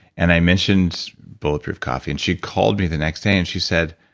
and i mentioned bulletproof coffee, and she called me the next day and she said,